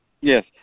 Yes